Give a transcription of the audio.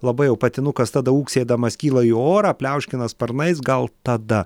labai jau patinukas tada ūksėdamas kyla į orą pliauškina sparnais gal tada